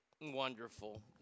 Wonderful